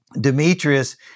Demetrius